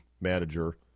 manager